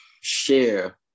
share